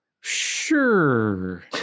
sure